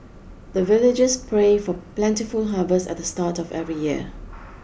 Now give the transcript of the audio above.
the villagers pray for plentiful harvest at the start of every year